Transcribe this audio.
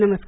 नमस्कार